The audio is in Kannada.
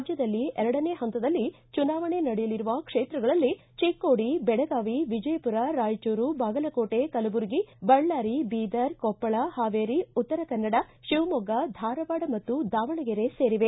ರಾಜ್ಜದಲ್ಲಿ ಎರಡನೇ ಹಂತದಲ್ಲಿ ಚುನಾವಣೆ ನಡೆಯಲಿರುವ ಕ್ಷೇತ್ರಗಳಲ್ಲಿ ಚಿಕ್ಕೋಡಿ ಬೆಳಗಾವಿ ವಿಜಯಪುರ ರಾಯಚೂರು ಬಾಗಲಕೋಟೆ ಕಲಬುರಗಿ ಬಳ್ಳಾರಿ ಬೀದರ್ ಕೊಪ್ಪಳ ಹಾವೇರಿ ಉತ್ತರ ಕನ್ನಡ ಶಿವಮೊಗ್ಗ ಧಾರವಾಡ ಮತ್ತು ದಾವಣಗೆರೆ ಸೇರಿವೆ